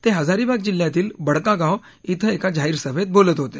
ते हजारीबाग जिल्ह्यातील बडकागाव इथं एका जाहीर सभेत बोलत होते